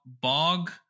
bog